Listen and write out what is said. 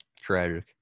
Tragic